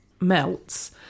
melts